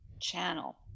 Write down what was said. channel